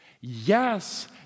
Yes